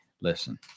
Listen